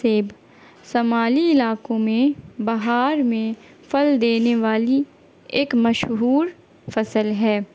سیب شمالی علاقوں میں بہار میں پھل دینے والی ایک مشہور فصل ہے